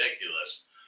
ridiculous